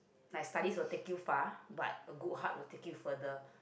like studies will take you far but a good heart will take you further